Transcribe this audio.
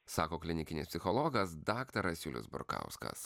sako klinikinis psichologas daktaras julius burkauskas